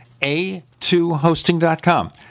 A2Hosting.com